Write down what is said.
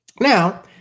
Now